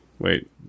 wait